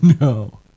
No